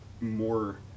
more